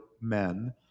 men